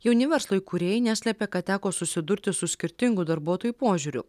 jauni verslo įkūrėjai neslepia kad teko susidurti su skirtingų darbuotojų požiūriu